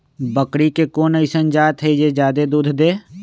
बकरी के कोन अइसन जात हई जे जादे दूध दे?